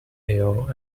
hair